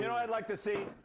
you know i'd like to see?